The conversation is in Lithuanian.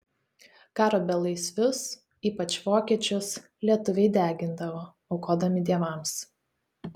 karo belaisvius ypač vokiečius lietuviai degindavo aukodami dievams